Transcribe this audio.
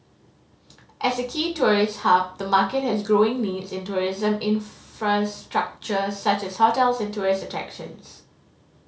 as a key tourist hub the market has growing needs in tourism infrastructure such as hotels and tourist attractions